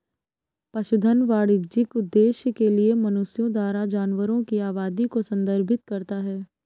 पशुधन वाणिज्यिक उद्देश्य के लिए मनुष्यों द्वारा जानवरों की आबादी को संदर्भित करता है